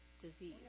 disease